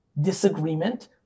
disagreement